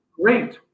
great